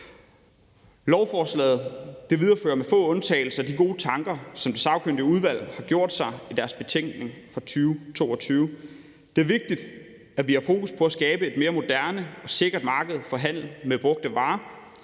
Lovforslaget viderefører med få undtagelser de gode tanker, som det sagkyndige udvalg har gjort sig i deres betænkning fra 2022. Det er vigtigt, at vi har fokus på at skabe et mere moderne og sikkert marked for handel med brugte varer.